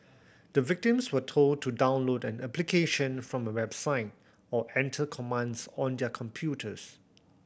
the victims were told to download an application from a website or enter commands on their computers